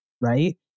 right